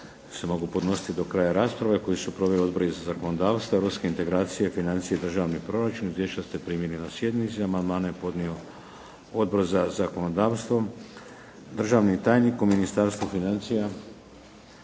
se mogu podnositi do kraja rasprave, koju su proveli Odbori za zakonodavstvo, europske integracije, financije i državni proračun. Izvješća ste primili na sjednici. Amandmane je podnio Odbor za zakonodavstvo. Državni tajnik u Ministarstvu financija